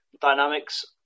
dynamics